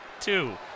two